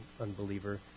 unbeliever